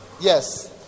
yes